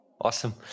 Awesome